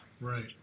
Right